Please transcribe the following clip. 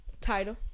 Title